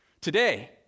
today